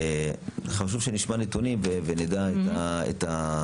חשוב שנשמע את הנתונים ונדע את הנקודות.